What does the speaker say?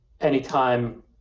anytime